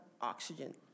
oxygen